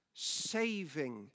saving